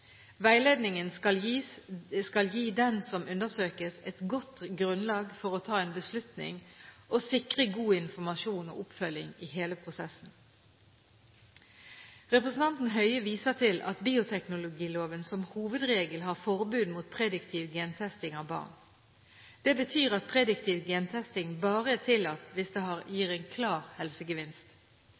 Veiledningen skal gi den som undersøkes, et godt grunnlag for å ta en beslutning og sikre god informasjon og oppfølging i hele prosessen. Representanten Høie viser til at bioteknologiloven som hovedregel har forbud mot prediktiv gentesting av barn. Det betyr at prediktiv gentesting bare er tillatt hvis det gir en klar helsegevinst.